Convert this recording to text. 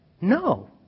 no